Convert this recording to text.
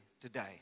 today